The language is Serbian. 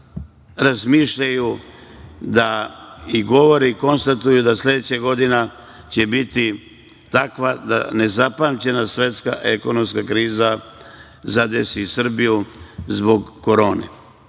razmišljaju, govore i konstatuju da sledeća godina će biti takva nezapamćena svetska ekonomska kriza… zadesi Srbiju zbog korone. Ako